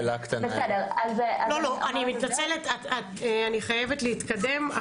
אני מתנצלת, אני חייבת להתקדם.